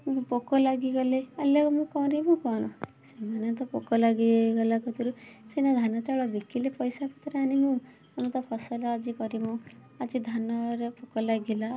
ପୋକ ଲାଗିଗଲେ ତାହେଲେ ମୁଁ କରିବି କ'ଣ ସେମାନେ ତ ପୋକ ଲାଗିଗଲା କତୁରୁ ସିନା ଧାନ ଚାଉଳ ବିକିଲେ ପଇସା ପତର ଆଣିବୁ ଆମେ ତ ଫସଲ ଆଜି କରିବୁ ଆଜି ଧାନ ରେ ପୋକ ଲାଗିଲା